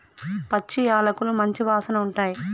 పచ్చి యాలకులు మంచి వాసన ఉంటాయి